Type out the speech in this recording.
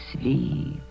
sleep